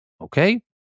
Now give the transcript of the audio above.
Okay